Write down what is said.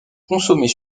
consommés